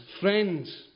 friends